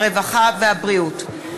הרווחה והבריאות.